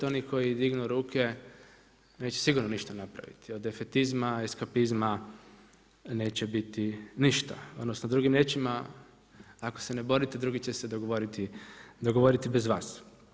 Oni koji dignu ruke neće sigurno ništa napraviti od defetizma, eskapizma neće biti ništa, odnosno drugim riječima ako se ne borite drugi će se govoriti bez vas.